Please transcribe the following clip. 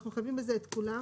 אנחנו מחייבים בזה את כולם,